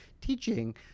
teaching